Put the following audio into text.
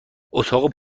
اتاق